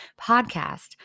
podcast